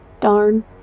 Darn